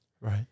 right